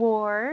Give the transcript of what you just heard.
War